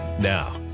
Now